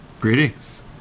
Greetings